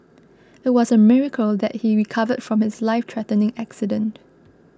it was a miracle that he recovered from his lifethreatening accident